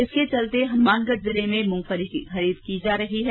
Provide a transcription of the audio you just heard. इसके चलते हनुमानगढ़ जिले में भी मूंगफली की खरीदें की जा रही है